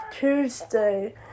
Tuesday